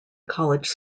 college